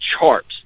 charts